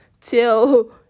till